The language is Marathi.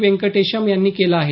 वेंकटेशम यांनी केलं आहे